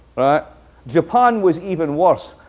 ah japan was even worse.